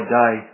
day